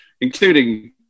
including